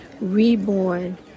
reborn